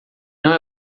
não